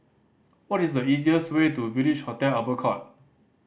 what is the easier's way to Village Hotel Albert Court